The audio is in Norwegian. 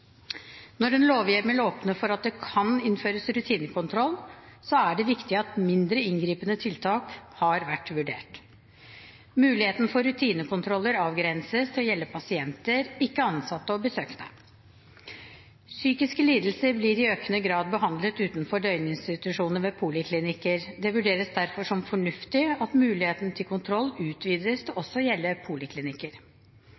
Når en lovhjemmel åpner for at det kan innføres rutinekontroll, er det viktig at mindre inngripende tiltak har vært vurdert. Muligheten for rutinekontroller avgrenses til å gjelde pasienter, ikke ansatte og besøkende. Psykiske lidelser blir i økende grad behandlet utenfor døgninstitusjoner ved poliklinikker. Det vurderes derfor som fornuftig at muligheten til kontroll utvides til